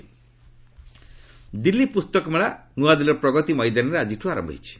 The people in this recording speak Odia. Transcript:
ଦିଲ୍ଲୀ ବୁକ୍ ଫେୟାର୍ ଦିଲ୍ଲୀ ପୁସ୍ତକମେଳା ନୂଆଦିଲ୍ଲୀର ପ୍ରଗତି ମଇଦାନରେ ଆଜି ଆରମ୍ଭ ହୋଇଛି